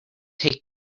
take